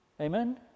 Amen